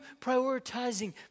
prioritizing